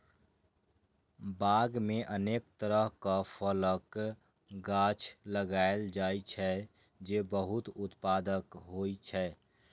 बाग मे अनेक तरहक फलक गाछ लगाएल जाइ छै, जे बहुत उत्पादक होइ छै